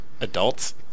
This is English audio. Adults